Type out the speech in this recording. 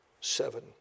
seven